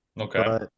Okay